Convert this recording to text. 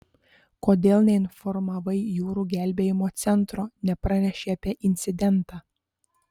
kodėl neinformavai jūrų gelbėjimo centro nepranešei apie incidentą